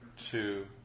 two